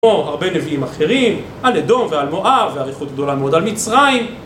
כמו הרבה נביאים אחרים, על נדון ועל מואב באריכות גדולה מאוד על מצרים